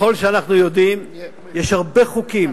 ככל שאנחנו יודעים, יש הרבה חוקים